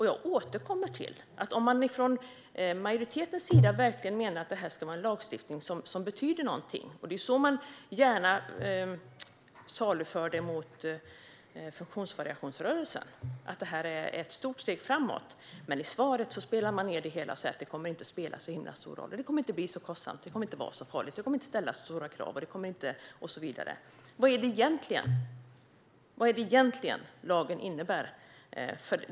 Jag återkommer till att man från majoritetens sida menar att det här ska vara en lagstiftning som betyder någonting och gärna saluför det så mot funktionsvariationsrörelsen - som ett stort steg framåt. Men i svaret tonar man ned det hela och säger att det inte kommer att spela så himla stor roll. Det kommer inte att bli så kostsamt, det kommer inte att vara så farligt, det kommer inte att ställas så stora krav och så vidare. Vad är det egentligen lagen innebär?